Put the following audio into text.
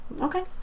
Okay